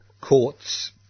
courts